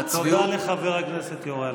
תודה לחבר הכנסת להב הרצנו.